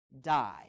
Die